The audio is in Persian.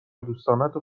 دوستانتو